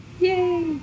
Yay